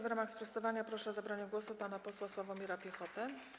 W ramach sprostowania proszę o zabranie głosu pana posła Sławomira Piechotę.